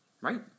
Right